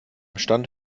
stand